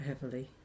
heavily